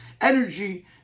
energy